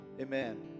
Amen